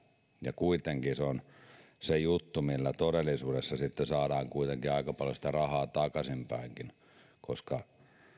ja kuitenkin se on se juttu millä todellisuudessa sitten saadaan aika paljon sitä rahaa takaisinkinpäin esimerkiksi ennen